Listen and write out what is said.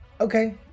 Okay